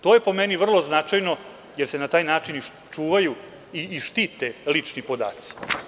To je po meni vrlo značajno jer se na taj način čuvaju i štite lični podaci.